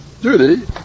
duty